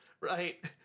Right